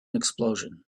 explosion